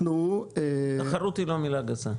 אנחנו --- תחרות היא לא מילה גסה.